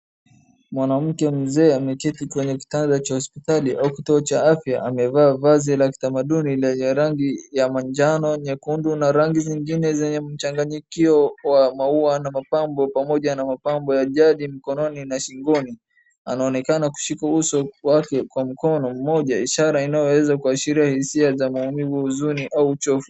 Mwanamke mzee ameketi kwenye kitanda cha hospitali au kituo cha afya amevaa vazi la kitamanduni lenye rangi ya majano, nyekundu na rangi zingine zenye mchanganyikio wa maua na mapambo pamoja na mapambo ya jadi mkononi na shingoni. Anaonekana kushika uso wake kwa mkono mmoja ishara ya inaoeza kusahiria ishara za maumivu, huzuni au uchovu.